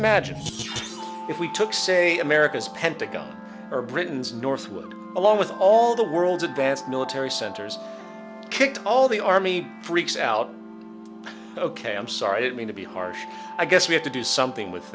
imagine if we took say america's pentagon or britain's northward along with all the world's advanced military centers kicked all the army freaks out ok i'm sorry i didn't mean to be harsh i guess we have to do something with